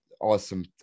Awesome